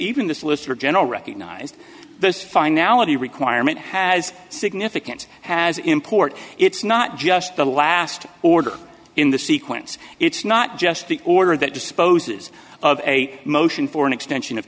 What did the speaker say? even the solicitor general recognized this finality requirement has significant has import it's not just the last order in the sequence it's not just the order that disposes of a motion for an extension of